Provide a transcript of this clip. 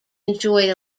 enjoyed